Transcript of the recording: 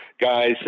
guys